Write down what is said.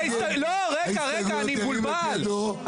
ירים את ידו.